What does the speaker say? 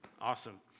Awesome